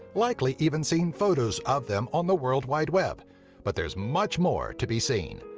likely even seen photos of them on the world wide web but there's much more to be seen!